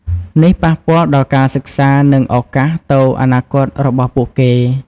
នេះប៉ះពាល់ដល់ការសិក្សា និងឱកាសទៅអនាគតរបស់ពួកគេ។